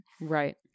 Right